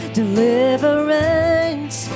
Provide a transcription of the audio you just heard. deliverance